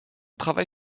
travail